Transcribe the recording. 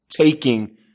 taking